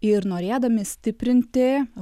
ir norėdami stiprinti